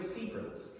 secrets